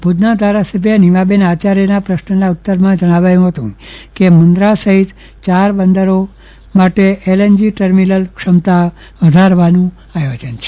ભુજના ધારાસભ્ય નિમાબેન આચાર્યના પ્રશ્નના ઉત્તરમાં જણાવ્યું હતું કે મુંદરા સહિત ચાર બંદરો ખાતે એલએનજી ટર્મિનલ ક્ષમતા વધારવા આયોજન છે